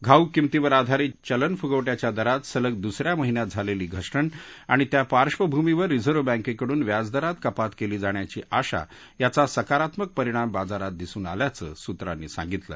घाऊक किमतीवर आधारित चलन फुगवट्याच्या दरात सलग दुसऱ्या महिन्यात झालेली घसरण आणि त्या पार्बभूमीवर रिझर्व्ह बँकेकडून व्याजदरात कपात केली जाण्याची आशा यांचा सकारत्मक परिणाम बाजारात दिसून आल्याचं सूत्रांनी सांगितलं